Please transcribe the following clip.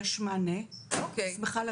יש רמה של דיווח פרטני.